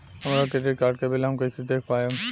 हमरा credit card के bill हम कइसे देख पाएम?